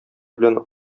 белән